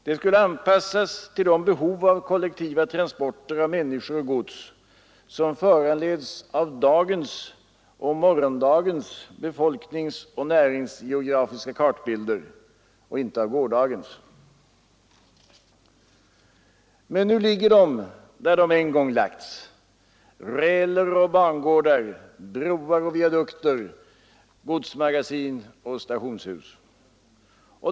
Det skulle anpassas till de behov av kollektiva transporter av människor och gods som föranleds av dagens och morgondagens befolkningsoch näringsgeografiska kartbilder — inte av gårdagens. Men nu ligger de där de en gång lagts — rälser och bangårdar, broar och viadukter, godsmagasin och stationshus.